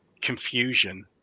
confusion